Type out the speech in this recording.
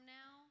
now